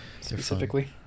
specifically